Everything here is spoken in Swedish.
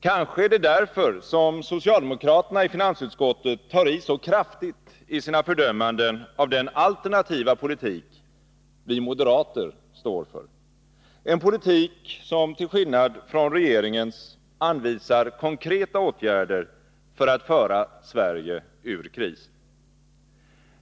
Kanske är det därför som socialdemokraterna i finansutskottet tar i så kraftigt i sina fördömanden av den alternativa politik vi moderater står för — en politik som till skillnad från regeringens anvisar konkreta åtgärder för att föra Sverige ur krisen.